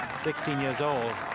sixteen years old.